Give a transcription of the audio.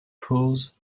pulls